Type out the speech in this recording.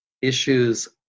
issues